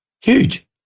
Huge